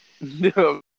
No